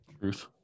Truth